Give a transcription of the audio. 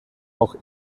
auch